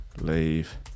leave